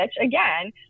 again